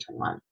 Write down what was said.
2021